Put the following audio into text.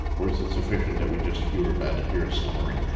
or is it sufficient that we just hear about it, hear a summary?